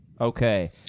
Okay